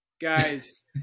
Guys